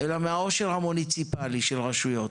אלא מהעושר המוניציפאלי של רשויות: